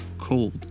cold